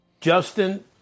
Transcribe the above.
Justin